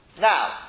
Now